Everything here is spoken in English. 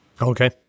Okay